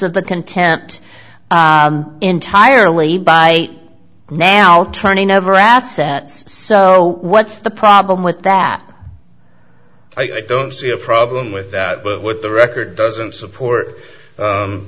of the content entirely by now turning over assets so what's the problem with that i don't see a problem with that but what the record doesn't support